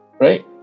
right